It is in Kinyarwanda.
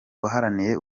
waharaniye